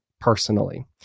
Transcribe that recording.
personally